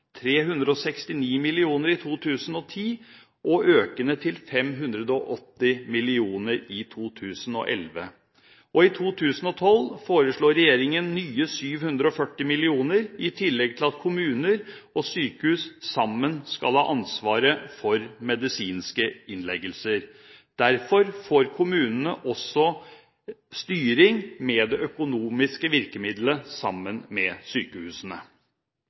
369 mill. kr i 2010 og økende til 580 mill. kr i 2011. I 2012 foreslår regjeringen nye 740 mill. kr, i tillegg til at kommuner og sykehus sammen skal ha ansvaret for medisinske innleggelser. Derfor får kommunene også styring med det økonomiske virkemiddelet sammen med sykehusene.